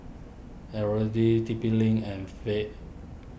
Eveready T P Link and Fab